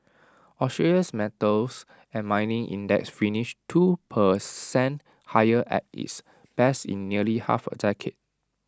Australia's metals and mining index finished two per cent higher at its best in nearly half A decade